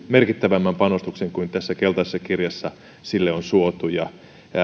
merkittävämmän panostuksen kuin tässä keltaisessa kirjassa sille on suotu ja